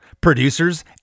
producers